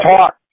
talk